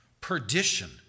perdition